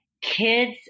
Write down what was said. kids